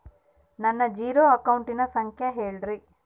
ನನ್ನ ಜೇರೊ ಅಕೌಂಟಿನ ಸಂಖ್ಯೆ ಹೇಳ್ರಿ?